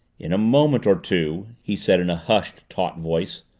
in a moment or two, he said in a hushed, taut voice,